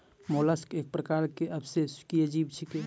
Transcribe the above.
mollusc एक प्रकार के अकेशेरुकीय जीव छेकै